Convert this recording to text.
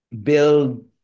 build